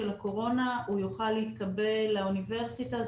הקורונה הוא יוכל להתקבל לאוניברסיטה.